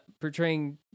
portraying